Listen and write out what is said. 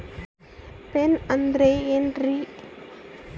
Pin ಅಂದ್ರೆ ಏನ್ರಿ?